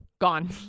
gone